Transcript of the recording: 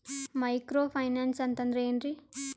Micro finance ಅಂತಂದ್ರ ಏನ್ರೀ?